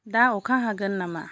दा अखा हागोन नामा